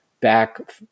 back